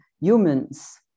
humans